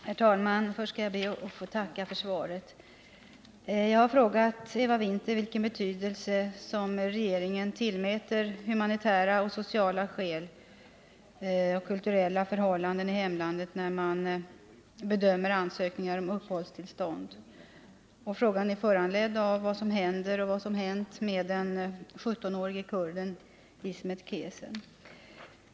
Herr talman! Först skall jag be att få tacka för svaret. Jag har frågat Eva Winther vilken betydelse regeringen tillmäter humanitära och sociala skäl och kulturella förhållanden i hemlandet när man bedömer ansökningar om uppehållstillstånd. Frågan är föranledd av vad som hänt och händer med den 17-årige kurden Ismet Kesen.